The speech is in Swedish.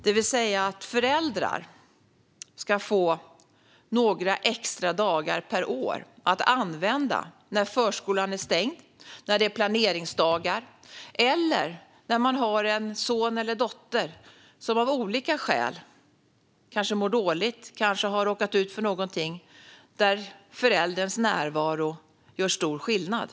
Det handlar alltså om att föräldrar ska få några extra lediga dagar per år att använda när förskolan är stängd, när det är planeringsdagar eller när en son eller dotter av olika skäl kanske mår dåligt eller har råkat ut för någonting och då förälderns närvaro gör stor skillnad.